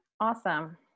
Awesome